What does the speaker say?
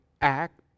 act